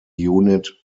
unit